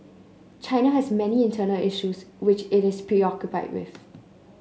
China has many internal issues which it is preoccupied with